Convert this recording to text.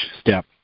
step